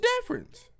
difference